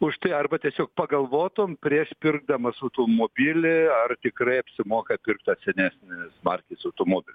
už tai arba tiesiog pagalvotum prieš pirkdamas automobilį ar tikrai apsimoka pirkt tą senesnės markės automobilį